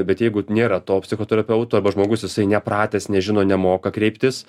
bet jeigu nėra to psichoterapeuto arba žmogus jisai nepratęs nežino nemoka kreiptis